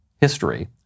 history